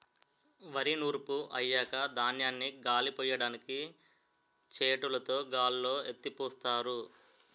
వరి నూర్పు అయ్యాక ధాన్యాన్ని గాలిపొయ్యడానికి చేటలుతో గాల్లో ఎత్తిపోస్తారు